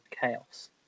chaos